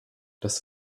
das